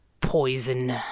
Poison